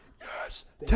Yes